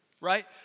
right